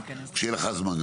כשיהיה גם לך זמן.